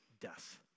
death